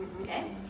okay